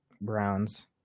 Browns